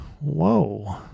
Whoa